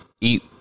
eat